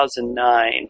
2009